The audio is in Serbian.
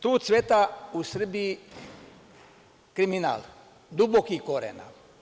Tu cveta u Srbiji kriminal dubokih korena.